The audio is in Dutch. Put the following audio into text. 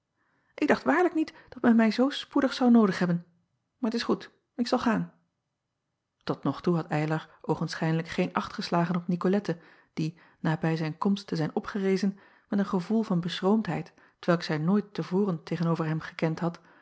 ik dacht waarlijk niet dat men mij zoo spoedig zou noodig hebben maar t is goed ik zal gaan ot nog toe had ylar oogenschijnlijk geen acht geslagen op icolette die na bij zijn komst te zijn opgerezen met een gevoel van beschroomdheid t welk zij nooit te voren tegen-over hem gekend had